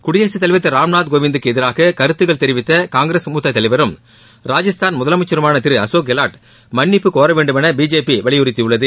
குடியரசுத்தலைவர் திருராம்நாத் கோவிந்துக்குஎதிராக கருத்துக்கள் தெரிவித்தகாங்கிரஸ் மூத்ததலைவரும் கெலாட் ராஜஸ்தான் முதலமைச்சருமானதிருஅசோக் மன்னிப்பு கோரவேண்டும் எனபிஜேபிவலியுறுத்தியுள்ளது